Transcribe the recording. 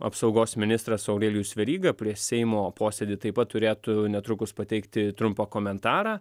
apsaugos ministras aurelijus veryga prieš seimo posėdį taip pat turėtų netrukus pateikti trumpą komentarą